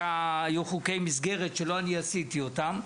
היו חוקי מסגרת שלא אני עשיתי אותם,